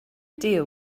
deal